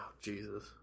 Jesus